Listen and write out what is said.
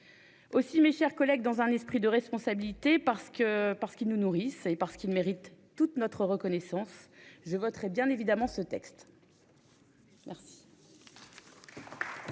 Aussi, mes chers collègues, dans un esprit de responsabilité, parce qu'ils nous nourrissent et qu'ils méritent toute notre reconnaissance, je voterai bien évidemment ce texte. La